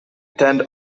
attend